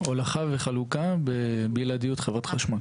הולכה וחלוקה בבלעדיות של חברת החשמל.